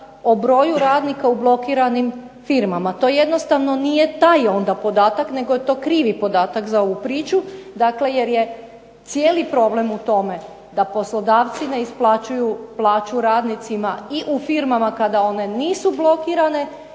o broju radnika u blokiranim firmama. To jednostavno nije taj onda podatak nego je to krivi podatak za ovu priču. Dakle, jer je cijeli problem u tome da poslodavci ne isplaćuju plaću radnicima i u firmama kada one nisu blokirane,